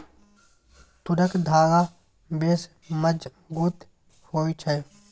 तूरक धागा बेस मजगुत होए छै